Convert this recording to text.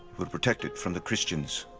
but protect it from the christians,